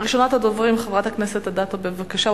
ראשונת הדוברים, חברת הכנסת אדטו, בבקשה.